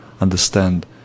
understand